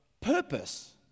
purpose